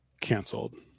canceled